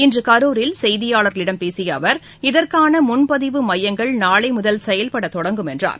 இன்று கரூரில் செய்தியாளர்களிடம் பேசிய அவர் இதற்கான முன்பதிவு மையங்கள் நாளை முதல் செயல்படத் தொடங்கும் என்றார்